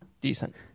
decent